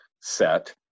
set